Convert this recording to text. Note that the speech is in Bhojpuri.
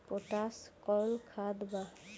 पोटाश कोउन खाद बा?